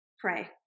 Pray